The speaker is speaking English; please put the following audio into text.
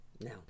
Now